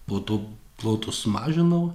po to plotus mažinau